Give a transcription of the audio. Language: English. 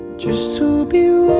just to be